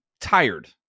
tired